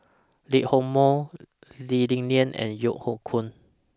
Lee Hock Moh Lee Li Lian and Yeo Hoe Koon